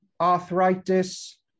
Arthritis